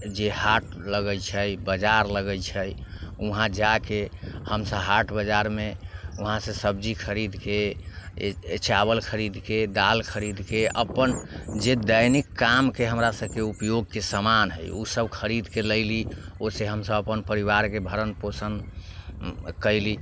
जे हाट लगै छै बजार लगै छै वहाँ जाके हमसब हाट बजारमे वहाँसँ सब्जी खरीदके चावल खरीदके दालि खरीदके अपन जे दैनिक कामके हमरा सबके उपयोगके समान हइ ओसब खरीद ले लैली ओहिसँ हमसब अपन परिवारके भरण पोषण कएली